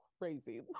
crazy